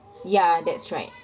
ya that's right